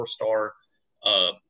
four-star